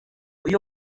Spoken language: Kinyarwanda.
uyu